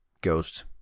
ghost